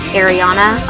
ariana